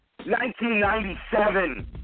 1997